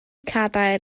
cadair